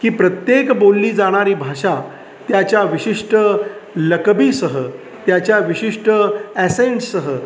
की प्रत्येक बोलली जाणारी भाषा त्याच्या विशिष्ट लकबीसह त्याच्या विशिष्ट ॲसेंटसह